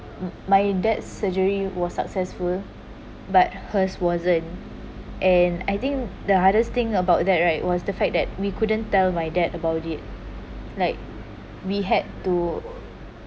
my dad surgery was successful but hers wasn't and I think the hardest thing about that right was the fact that we couldn't tell my dad about it like we had to